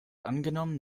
angenommen